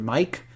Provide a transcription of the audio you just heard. Mike